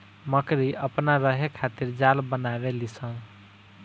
मकड़ी अपना रहे खातिर जाल बनावे ली स